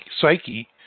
psyche